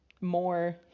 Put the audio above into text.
more